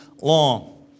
long